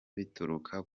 bituruka